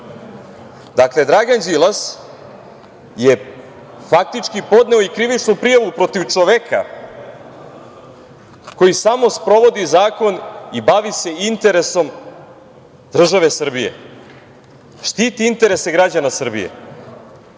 Dakle, Dragan Đilas je faktički podneo i krivičnu prijavu protiv čoveka koji samo sprovodi zakon i bavi se interesom države Srbije, štiti interese građana Srbije. Sada